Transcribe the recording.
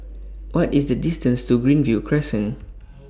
What IS The distance to Greenview Crescent